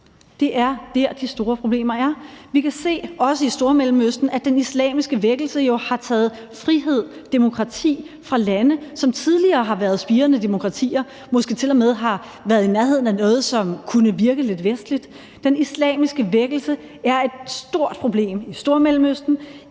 Det er dér, de store problemer er. Vi kan se, også i Stormellemøsten, at den islamiske vækkelse jo har taget frihed og demokrati fra lande, som tidligere har været spirende demokratier og måske til og med har været i nærheden af noget, som kunne virke lidt vestligt. Den islamiske vækkelse er et stort problem i Stormellemøsten,